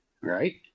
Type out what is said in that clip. Right